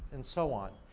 and so on,